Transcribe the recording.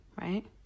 right